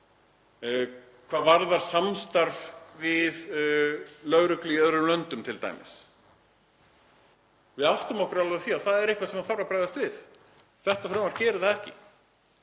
hvað varðar samstarf við lögreglu í öðrum löndum t.d. Við áttum okkur alveg á því að það er eitthvað sem þarf að bregðast við. Þetta frumvarp gerir það ekki.